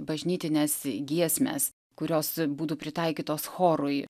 bažnytines giesmes kurios būtų pritaikytos chorui